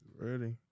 ready